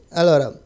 allora